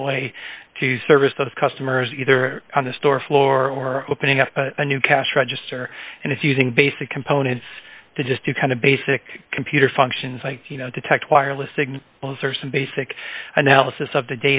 deploy to service those customers either on the store floor or opening up a new cash register and it's using basic components to just do kind of basic computer functions like you know detect wireless signal wells or some basic analysis of the